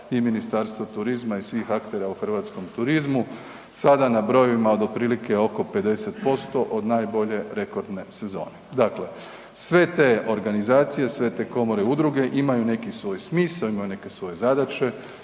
i Ministarstvu turizma i svih aktera u hrvatskom turizmu, sada na brojevima od otprilike oko 50% od najbolje rekordne sezone. Dakle, sve te organizacije, sve te komore, udruge, imaju neki svoj smisao, imaju neke svoje zadaće.